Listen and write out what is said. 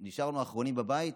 אחותי ואני נשארנו האחרונים בבית.